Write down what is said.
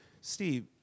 Steve